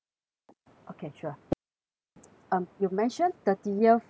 okay sure mm um you mentioned thirtieth uh